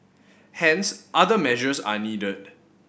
hence other measures are needed